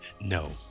No